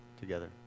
together